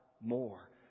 more